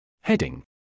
Heading